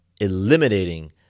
eliminating